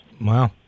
Wow